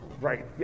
Right